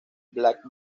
black